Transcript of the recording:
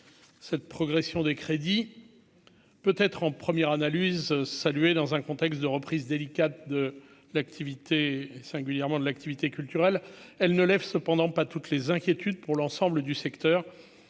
cette progression des crédits peut être en première analyse, salué, dans un contexte de reprise délicate de l'activité, et singulièrement de l'activité culturelle elle ne lève cependant pas toutes les inquiétudes pour l'ensemble du secteur